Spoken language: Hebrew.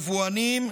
היבואנים,